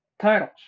titles